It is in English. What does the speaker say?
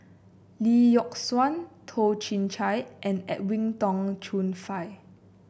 Lee Yock Suan Toh Chin Chye and Edwin Tong Chun Fai